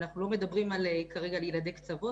אנחנו לא מדברים כרגע על ילדי קצוות